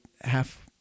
half